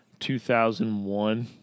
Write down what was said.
2001